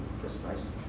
precisely